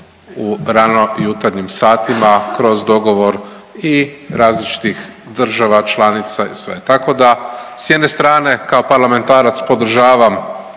u ranojutarnjim satima kroz dogovor i različitih država članica i sve, tako da s jedne strane kao parlamentarac podržavam